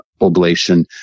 oblation